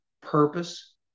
purpose